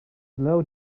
slow